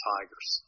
Tiger's